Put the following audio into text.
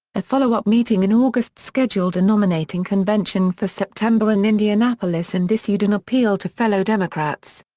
a follow-up meeting in august scheduled a nominating convention for september in indianapolis and issued an appeal to fellow democrats.